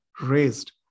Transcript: raised